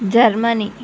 Germany